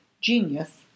genius